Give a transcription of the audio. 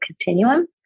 continuum